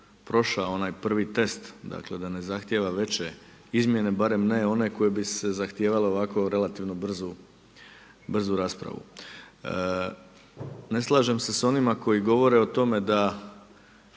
prošao onaj prvi test. Dakle, da ne zahtijeva veće izmjene, barem ne one koje bi se zahtijevale ovako relativno brzu raspravu. Ne slažem se sa onima koji govore o tome da